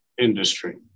industry